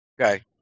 Okay